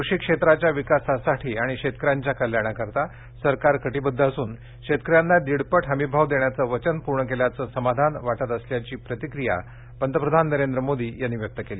कृषी क्षेत्राच्या विकासासाठी आणि शेतकऱ्यांच्या कल्याणासाठी सरकार कटीबद्ध असूनशेतकऱ्यांना दीडपट हमीभाव देण्याचं वचन पूर्ण केल्याचं समाधान वाटत असल्याची प्रतिक्रिया पंतप्रधान नरेंद्र मोदी यांनी व्यक्त केली